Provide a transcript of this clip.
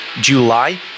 July